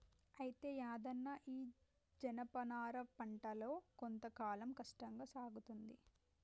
అయితే యాదన్న ఈ జనపనార పంటలో కొంత కాలం కష్టంగా సాగుతుంది